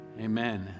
amen